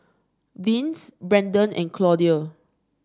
Vince Brenden and Claudia